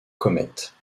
comète